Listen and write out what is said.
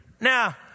now